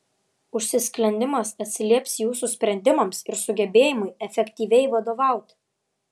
užsisklendimas atsilieps jūsų sprendimams ir sugebėjimui efektyviai vadovauti